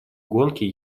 гонке